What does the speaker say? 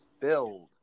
filled